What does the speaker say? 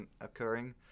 occurring